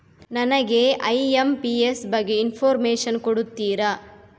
ನನಗೆ ಐ.ಎಂ.ಪಿ.ಎಸ್ ಬಗ್ಗೆ ಇನ್ಫೋರ್ಮೇಷನ್ ಕೊಡುತ್ತೀರಾ?